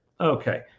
Okay